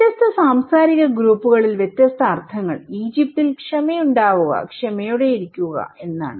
വ്യത്യസ്ത സാംസ്കാരിക ഗ്രൂപ്പുകളിൽ വ്യത്യസ്ത അർത്ഥങ്ങൾ ഈജിപ്തിൽ ക്ഷമയുണ്ടാവുക ക്ഷമയോടെയിരിക്കുക എന്നാണ്